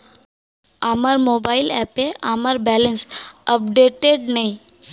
আমার মোবাইল অ্যাপে আমার ব্যালেন্স আপডেটেড নেই